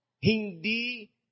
Hindi